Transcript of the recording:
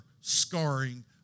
scarring